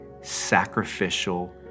sacrificial